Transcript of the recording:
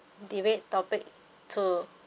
debate topic two